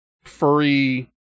furry